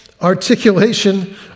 articulation